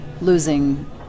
losing